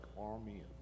army